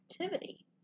activity